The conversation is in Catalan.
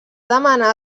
demanar